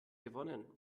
gewonnen